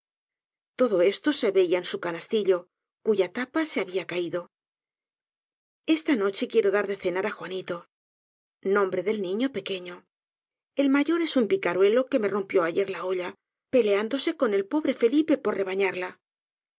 todo esto se veía en su canastillo cuya tapa se había caído esta noche quiero dar de cenar á juanito nombre del niño pequeño el m yor es un picaruelo que me rompió ayer la olla peleándose con el pobre felipe por rebañarla